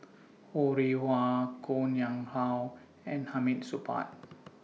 Ho Rih Hwa Koh Nguang How and Hamid Supaat